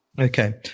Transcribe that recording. Okay